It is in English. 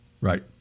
Right